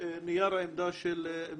מקווה שתוכל לשקול שהגיל יהיה 23